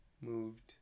moved